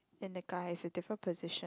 and the guy is a different position